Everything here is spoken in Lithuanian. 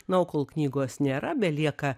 na o kol knygos nėra belieka